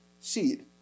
seed